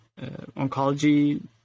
oncology